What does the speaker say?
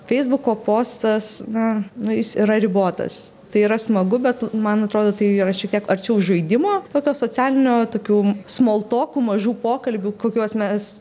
feisbuko postas na na jis yra ribotas tai yra smagu bet man atrodo tai yra šiek tiek arčiau žaidimo tokio socialinio tokių smoltokų mažų pokalbių kokiuos mes